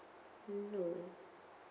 no